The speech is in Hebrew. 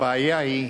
הבעיה היא,